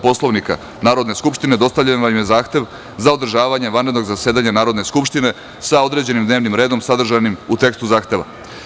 Poslovnika Narodne skupštine, dostavljen vam je Zahtev za održavanje vanrednog zasedanja Narodne skupštine sa određenim dnevnim redom sadržanim u tekstu Zahteva.